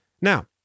Now